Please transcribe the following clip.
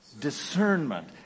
Discernment